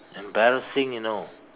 embarrassing you know